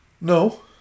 No